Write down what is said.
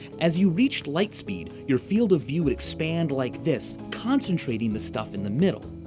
as you reached light speed, your field of view would expand like this, concentrating the stuff in the middle.